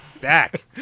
back